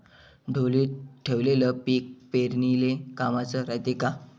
ढोलीत ठेवलेलं पीक पेरनीले कामाचं रायते का?